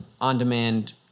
on-demand